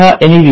आता हा एन